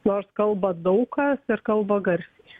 nors kalba daug kas ir kalba garsiai